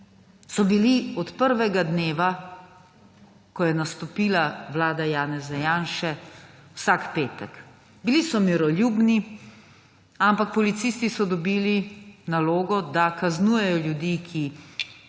so bili od prvega dneva, ko je nastopila vlada Janeza Janše, vsak petek. Bili so miroljubni, ampak policisti so dobili nalogo, da kaznujejo ljudi, ki